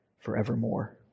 forevermore